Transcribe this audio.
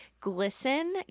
GLISTEN